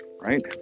Right